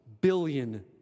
billion